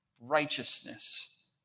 righteousness